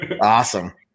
Awesome